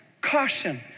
Caution